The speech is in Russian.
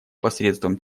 посредством